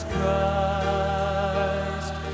Christ